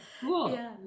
Cool